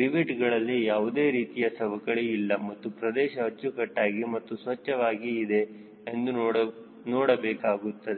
rivet ಗಳಲ್ಲಿ ಯಾವುದೇ ರೀತಿಯ ಸವಕಳಿ ಇಲ್ಲ ಮತ್ತು ಪ್ರದೇಶ ಅಚ್ಚುಕಟ್ಟಾಗಿ ಮತ್ತು ಸ್ವಚ್ಛವಾಗಿ ಇದೆ ಎಂದು ನೋಡಬೇಕಾಗುತ್ತದೆ